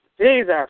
Jesus